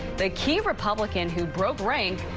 the key republican who broke rank,